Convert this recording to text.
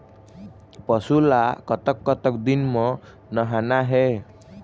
पशु ला कतक कतक दिन म नहाना हे?